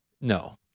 No